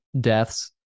deaths